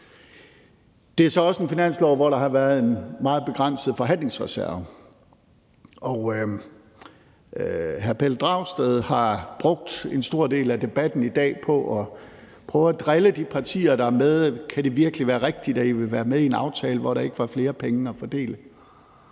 Det er så også en finanslov, hvor der har været en meget begrænset forhandlingsreserve, og hr. Pelle Dragsted har brugt en stor del af debatten i dag på at prøve at drille de partier, der er med: Kan det virkelig være rigtigt, at I vil være med i en aftale, hvor der ikke er flere penge at fordele?